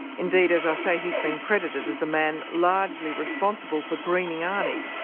indeed, as i say, he's been credited as the man largely responsible for greening arnie,